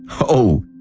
oh,